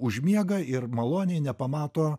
užmiega ir maloniai nepamato